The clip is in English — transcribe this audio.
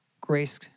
grace